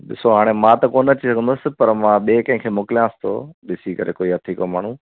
ॾिसो हाणे मां त कोन अची सघंदुसि पर मां ॿिए कंहिं खे मोकिलियांसि थो ॾिसी करे कोई हथीको माण्हू